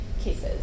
cases